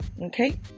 okay